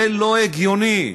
זה לא הגיוני.